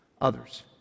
others